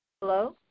Hello